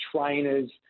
trainers